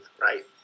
Right